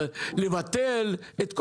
לבטל.